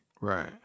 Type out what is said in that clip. Right